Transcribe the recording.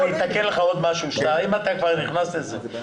בוא, אני אתקן לך עוד משהו, אם אתה כבר נכנס לזה.